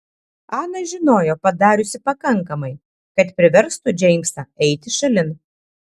ana žinojo padariusi pakankamai kad priverstų džeimsą eiti šalin